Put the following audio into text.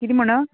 किदें म्हणो